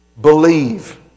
Believe